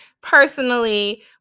personally